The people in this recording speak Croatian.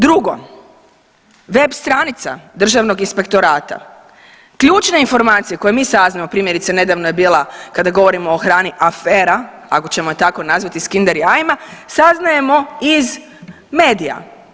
Drugo, web stranica državnog inspektorata, ključne informacije koje mi saznajemo, primjerice nedavno je bila kada govorimo o hrani afera ako ćemo je tako nazvati s kinder jajima, saznajemo iz medija.